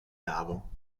cavo